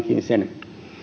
sen